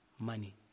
money